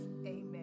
Amen